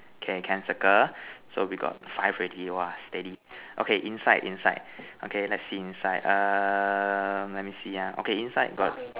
okay can circle so we got five already !wah! steady okay inside inside okay lets see inside err let me see ah okay inside got